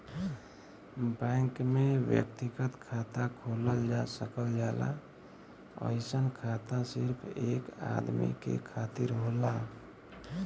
bank में व्यक्तिगत खाता खोलल जा सकल जाला अइसन खाता सिर्फ एक आदमी के खातिर होला